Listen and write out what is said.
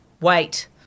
Wait